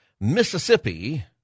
Mississippi